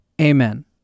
amen